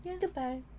Goodbye